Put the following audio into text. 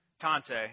tante